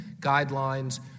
guidelines